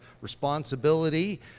responsibility